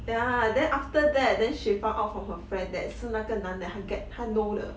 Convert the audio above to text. ya then after that then she found out from her friend that 是那个男的她 get 她 know 的